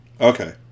Okay